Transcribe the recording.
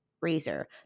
Razor